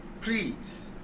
Please